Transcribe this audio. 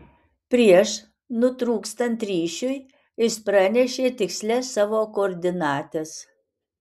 prieš nutrūkstant ryšiui jis pranešė tikslias savo koordinates